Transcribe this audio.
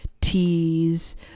teas